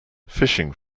fishing